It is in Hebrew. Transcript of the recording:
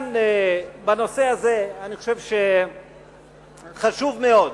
בנושא הזה, אני חושב שחשוב מאוד,